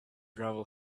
gravel